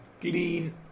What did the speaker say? clean